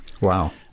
Wow